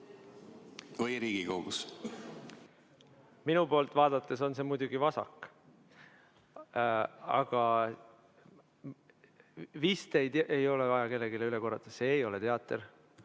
või Riigikogus? Minu poolt vaadates on see muidugi vasak. Aga vist ei ole vaja kellelegi üle korrata: see ei ole teater.